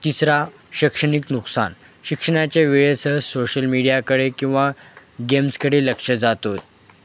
तिसरा शैक्षणिक नुकसान शिक्षणाच्या वेळेसह सोशल मीडियाकडे किंवा गेम्सकडे लक्ष जातो आहे